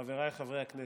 חבריי חברי הכנסת,